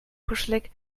kuschelig